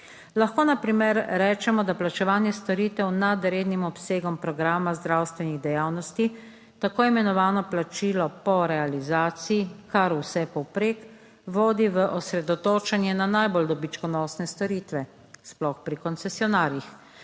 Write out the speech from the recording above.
Lahko na primer rečemo, da plačevanje storitev nad rednim obsegom programa zdravstvenih dejavnosti tako imenovano plačilo po realizaciji kar vse povprek vodi v osredotočanje na najbolj dobičkonosne storitve, sploh pri koncesionarjih.